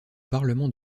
parlement